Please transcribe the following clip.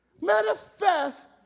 manifest